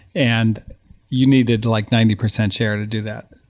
and you needed like ninety percent share to do that.